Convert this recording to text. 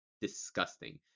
disgusting